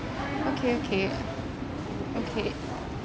okay okay okay